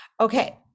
Okay